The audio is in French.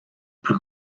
plus